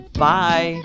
Bye